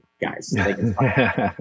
guys